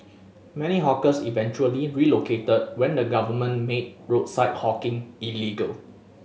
many hawkers eventually relocated when the government made roadside hawking illegal